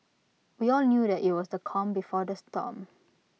we all knew that IT was the calm before the storm